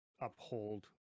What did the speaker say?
uphold